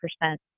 percent